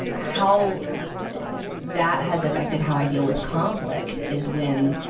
how that has affected how i deal with conflict is when,